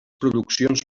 produccions